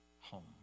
home